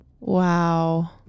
Wow